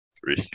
Three